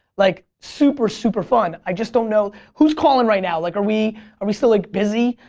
like super, super fun. i just don't know. who's calling right now? like are we are we still like busy?